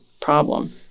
problem